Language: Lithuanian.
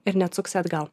ir neatsuksi atgal